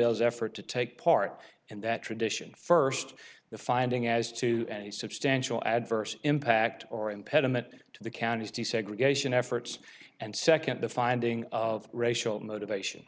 ls effort to take part in that tradition first the finding as to any substantial adverse impact or impediment to the county's desegregation efforts and second the finding of racial motivation